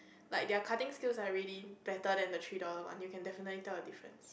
like their cutting skills are really better than the three dollars one you can definitely tell the different